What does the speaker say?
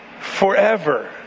forever